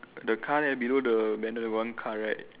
the car there below the then got one car right